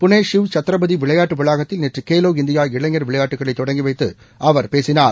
புனே ஷிவ் சத்ரபதி விளையாட்டு வளாகத்தில் நேற்று கேலோ இந்தியா இளைஞர் விளையாட்டுக்களை தொடங்கி வைத்து அவர் பேசினார்